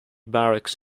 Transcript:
barracks